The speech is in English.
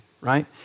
right